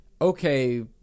okay